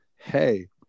Hey